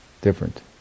different